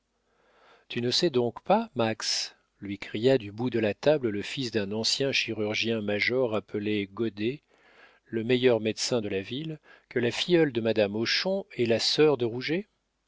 tu ne sais donc pas max lui cria du bout de la table le fils d'un ancien chirurgien-major appelé goddet le meilleur médecin de la ville que la filleule de madame hochon est la sœur de